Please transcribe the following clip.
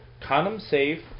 condom-safe